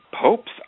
popes